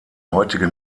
heutige